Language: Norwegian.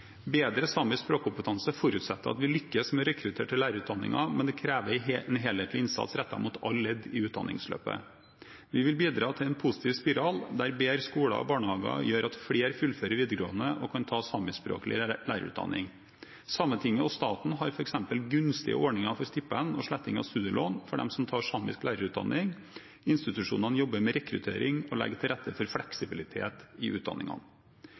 Bedre samisk språkkompetanse forutsetter at vi lykkes med å rekruttere til lærerutdanningen, men det krever en helhetlig innsats rettet mot alle ledd i utdanningsløpet. Vi vil bidra til en positiv spiral, der bedre skoler og barnehager gjør at flere fullfører videregående og kan ta samiskspråklig lærerutdanning. Sametinget og staten har f.eks. gunstige ordninger for stipend og sletting av studielån for dem som tar samisk lærerutdanning. Institusjonene jobber med rekruttering og legger til rette for fleksibilitet i utdanningene.